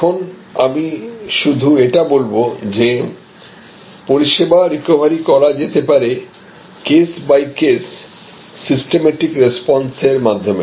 এখন আমি শুধু এটা বলব যে পরিষেবা রিকভারি করা যেতে পারে case by case systematic response এর মাধ্যমে